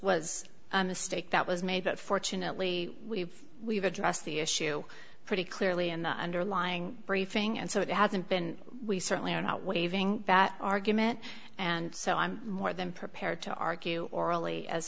was a mistake that was made that fortunately we've we've addressed the issue pretty clearly in the underlying briefing and so it hasn't been we certainly are not waiving that argument and so i'm more than prepared to argue orally as